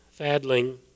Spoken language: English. Fadling